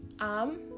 arm